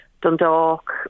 Dundalk